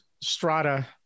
strata